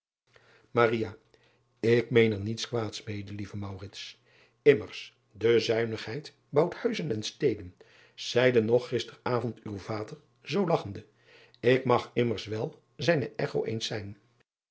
k meen er niets kwaads mede lieve mmers de zuinigheid bouwt huizen en steden zeide nog gister avond uw vader zoo lagchende ik mag immers wel zijne echo eens zijn